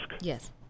Yes